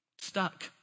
stuck